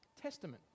testament